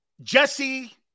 Jesse